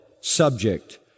subject